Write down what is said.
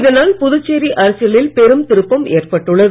இதனால் புதுச்சேரி அரசியலில் பெரும் திருப்பம் ஏற்பட்டுள்ளது